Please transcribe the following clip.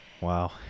Wow